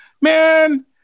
man